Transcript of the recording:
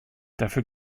dafür